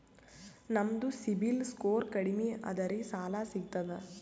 ನಮ್ದು CIBIL score ಕಡಿಮಿ ಅದರಿ ಸಾಲಾ ಸಿಗ್ತದ?